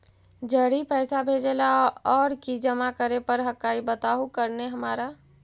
जड़ी पैसा भेजे ला और की जमा करे पर हक्काई बताहु करने हमारा?